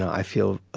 i feel